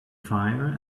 fire